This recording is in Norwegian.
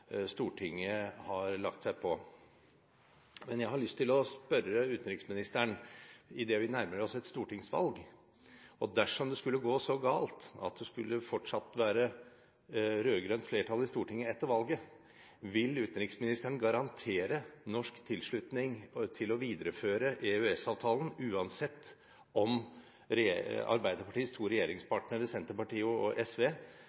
Stortinget har lagt seg på. Jeg har lyst til å spørre utenriksministeren idet vi nærmer oss et stortingsvalg: Dersom det skulle gå så galt at det fortsatt er rød-grønt flertall i Stortinget etter valget, vil utenriksministeren garantere norsk tilslutning til å videreføre EØS-avtalen, uansett om Arbeiderpartiets to regjeringspartnere, Senterpartiet og SV,